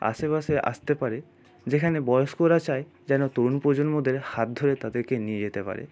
আশেপাশে আসতে পারে যেখানে বয়স্করা চায় যেন তরুণ প্রজন্মদের হাত ধরে তাদেরকে নিয়ে যেতে পারে